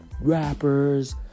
rappers